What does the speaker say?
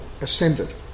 ascended